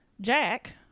Jack